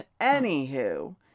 anywho